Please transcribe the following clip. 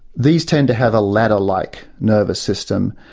these tend to have a ladder-like nervous system,